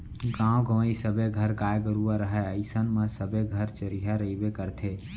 गॉंव गँवई सबे घर गाय गरूवा रहय अइसन म सबे घर चरिहा रइबे करथे